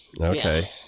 okay